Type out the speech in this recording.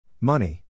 Money